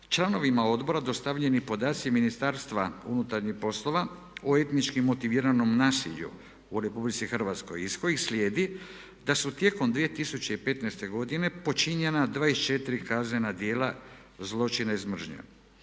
članovima odbora dostavljeni podaci MUP-a o etnički motiviranom nasilju u RH iz kojih slijedi da su tijekom 2015.godine počinjena 24 kaznena djela zločina iz mržnje.